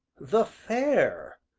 the fair.